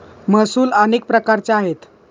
महसूल अनेक प्रकारचे आहेत